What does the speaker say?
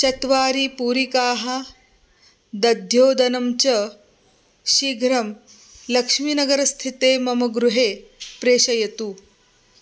चतस्रः पूरिकाः दध्योदनं च शीघ्रं लक्ष्मीनगरस्थितं मम गृहं प्रेषयतु